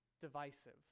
divisive